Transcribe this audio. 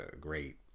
great